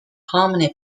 harmony